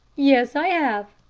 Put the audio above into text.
yes, i have,